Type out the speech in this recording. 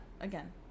again